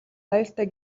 аюултай